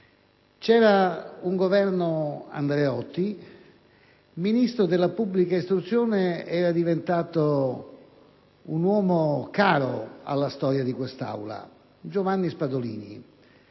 C'era un Governo Andreotti; ministro della pubblica istruzione era diventato un uomo caro alla storia di quest'Aula, Giovanni Spadolini.